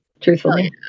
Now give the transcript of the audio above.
truthfully